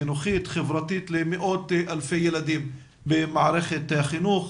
חינוכית וחברתית למאות אלפי ילדים במערכת החינוך.